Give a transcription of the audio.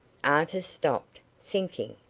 artis stopped, thinking,